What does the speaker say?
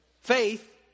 faith